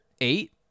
Eight